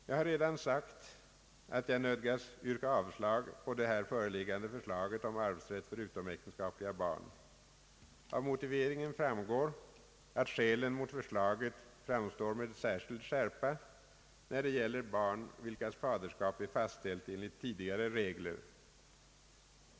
Jag har redan sagt att jag nödgas yrka avslag på det här föreliggande förslaget om arvsrätt för utomäktenskapliga barn. Av motiveringen framgår, att skälen mot förslaget framstår med särskild skärpa när det gäller barn, vilkas faderskap är fastställt enligt tidigare regler.